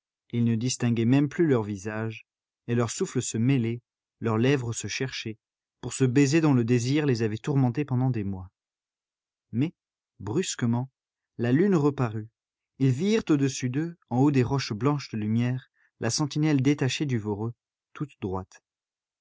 ils ne distinguaient même plus leurs visages et leurs souffles se mêlaient leurs lèvres se cherchaient pour ce baiser dont le désir les avait tourmentés pendant des mois mais brusquement la lune reparut ils virent au-dessus d'eux en haut des roches blanches de lumière la sentinelle détachée du voreux toute droite